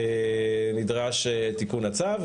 נדרש תיקון הצו,